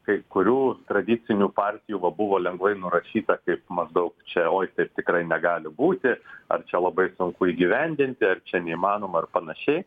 kai kurių tradicinių partijų va buvo lengvai nurašyta kaip maždaug čia oi taip tikrai negali būti ar čia labai sunku įgyvendinti ar čia neįmanoma ar panašiai